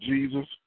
Jesus